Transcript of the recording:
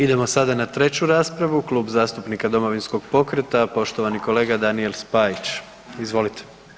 Idemo sada na treću raspravu, Klub zastupnika Domovinska pokreta, poštovani kolega Daniel Spajić, izvolite.